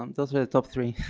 um those are the top three.